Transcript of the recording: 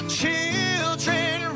children